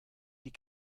die